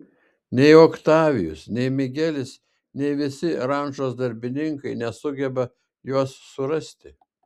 nei oktavijus nei migelis nei visi rančos darbininkai nesugeba jos surasti